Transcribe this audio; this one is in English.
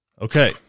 Okay